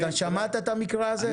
אתה שמעת את המקרה הזה?